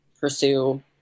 pursue